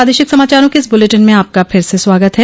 प्रादेशिक समाचारों के इस बुलेटिन में आपका फिर से स्वागत है